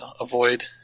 avoid